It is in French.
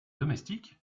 domestique